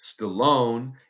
Stallone